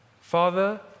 Father